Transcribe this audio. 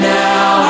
now